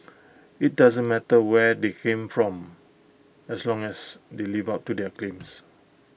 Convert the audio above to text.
IT doesn't matter where they come from as long as they live up to their claims